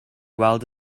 weld